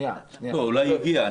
אולי זה הגיע.